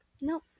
No